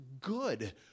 good